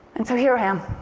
and so here i am.